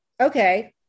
Okay